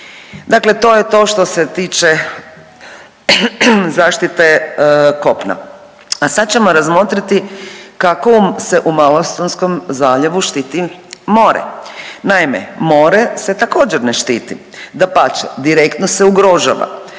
Dakle to je to što se tiče zaštite kopna, a sad ćemo razmotriti kako se u Malostonskom zaljevu štiti more. Naime, more se također ne štiti, dapače direktno se ugrožava.